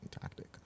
tactic